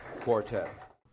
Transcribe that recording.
Quartet